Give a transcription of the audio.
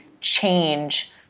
change